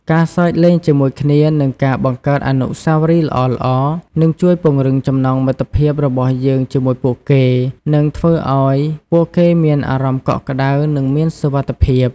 ការសើចលេងជាមួយគ្នា និងការបង្កើតអនុស្សាវរីយ៍ល្អៗ នឹងជួយពង្រឹងចំណងមិត្តភាពរបស់យើងជាមួយពួកគេ និងធ្វើឱ្យពួកគេមានអារម្មណ៍កក់ក្តៅ និងមានសុវត្ថិភាព។